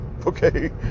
okay